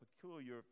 peculiar